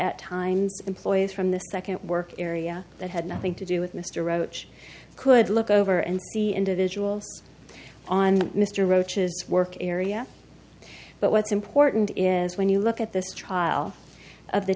at times employees from the second work area that had nothing to do with mr roach could look over and see individuals on mr roaches work area but what's important is when you look at this trial of the